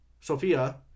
Sophia